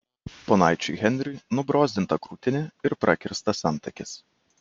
ponaičiui henriui nubrozdinta krūtinė ir prakirstas antakis